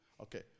Okay